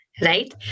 right